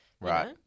Right